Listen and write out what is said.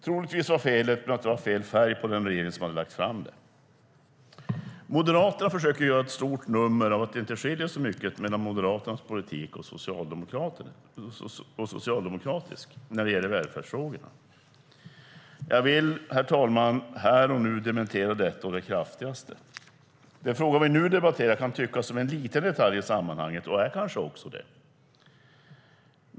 Troligtvis var det fel färg på den regering som hade lagt fram det. Moderaterna försöker göra ett stort nummer av att det inte skiljer särskilt mycket mellan Moderaternas politik och socialdemokratisk politik när det gäller välfärdsfrågorna. Jag vill, herr talman, här och nu dementera detta å det kraftigaste. Den fråga vi nu debatterar kan tyckas vara en liten detalj i sammanhanget, och den är kanske också det.